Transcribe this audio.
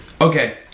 okay